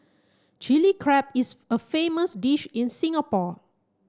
Chilli Crab is a famous dish in Singapore